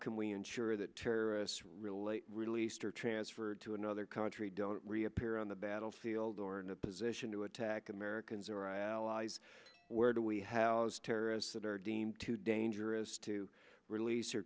can we ensure that terrorists relate released or transferred to another country don't reappear on the battlefield or in a position to attack americans or our allies where do we have terrorists that are deemed too dangerous to release or